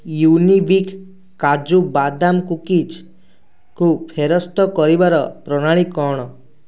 Unibic କାଜୁ ବାଦାମ କୁକିଜ୍କୁ ଫେରସ୍ତ କରିବାର ପ୍ରଣାଳୀ କ'ଣ